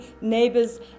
neighbors